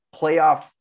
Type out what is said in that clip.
playoff